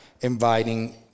inviting